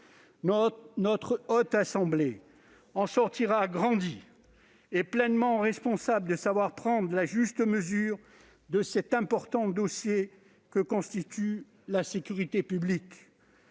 La Haute Assemblée sortira grandie et se montrera pleinement responsable si elle sait prendre la juste mesure de cet important dossier que constitue la sécurité publique.